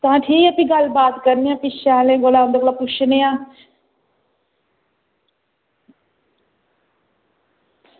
तां ठीक फ्ही गल्लबात करने आं किश स्याने कोला मतलब पुच्छने आं